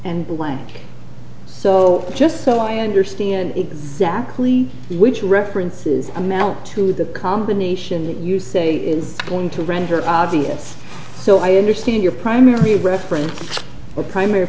and blank so just so i understand exactly which references amount to the combination you say is going to render obvious so i understand your primary reference to a primary